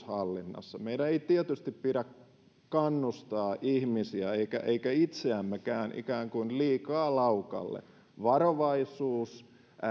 hallinnassa meidän ei tietysti pidä kannustaa ihmisiä eikä eikä itseämmekään ikään kuin liikaa laukalle varovaisuus